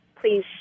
please